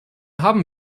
haben